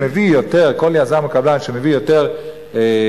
כל יזם או קבלן שמביא יותר זכאים,